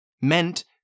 meant